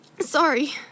Sorry